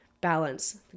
balance